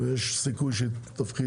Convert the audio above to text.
או שיש סיכוי שהיא תפחית,